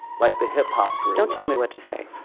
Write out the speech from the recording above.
like the hip-hop group don't tell me what to say.